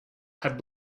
had